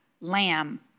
lamb